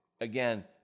again